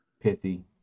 pithy